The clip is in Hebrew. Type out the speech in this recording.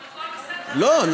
אם הכול בסדר, למה צריך חוק?